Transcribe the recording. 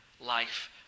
life